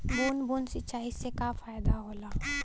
बूंद बूंद सिंचाई से का फायदा होला?